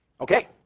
Okay